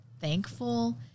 thankful